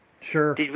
Sure